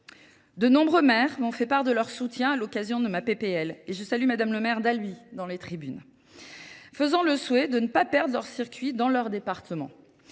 De nombreux maires m'ont fait part de leur soutien à l'occasion de ma PPL, et je salue madame le maire Dalhuy dans les tribunes, faisant le souhait de ne pas perdre leur circuit dans leur département.